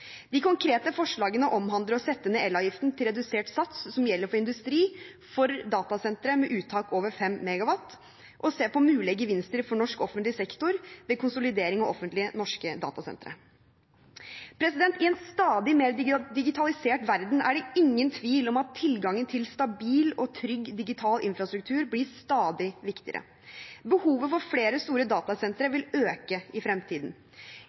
De konkrete forslagene omhandler å sette ned elavgiften til redusert sats som gjelder for industri, for datasentre med uttak over 5 MW, og å se på mulige gevinster for norsk offentlig sektor ved konsolidering av offentlige norske datasentre. I en stadig mer digitalisert verden er det ingen tvil om at tilgangen til stabil og trygg digital infrastruktur blir stadig viktigere. Behovet for flere store datasentre vil øke i fremtiden.